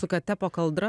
su kate po kaldra